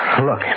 Look